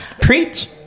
preach